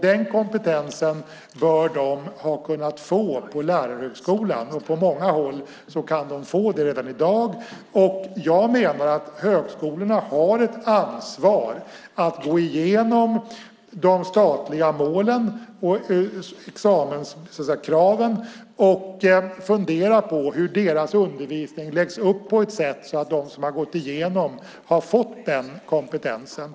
Den kompetensen bör de ha kunnat få på lärarhögskolan. På många håll kan de få den redan i dag. Högskolorna har ansvar för att gå igenom de statliga målen och examenskraven och fundera på hur deras undervisning läggs upp på ett sätt så att de som har gått igenom den har fått den kompetensen.